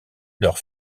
leur